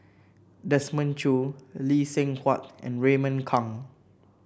Desmond Choo Lee Seng Huat and Raymond Kang